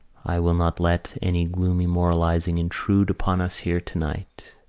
i will not let any gloomy moralising intrude upon us here tonight.